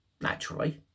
Naturally